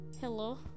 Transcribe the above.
Hello